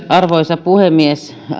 arvoisa puhemies